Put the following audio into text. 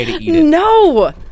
No